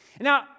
Now